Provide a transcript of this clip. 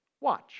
watch